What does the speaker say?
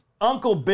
Uncle